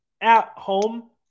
at-home